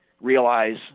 realize